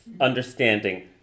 understanding